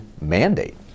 mandate